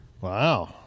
wow